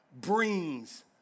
brings